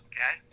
Okay